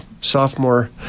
sophomore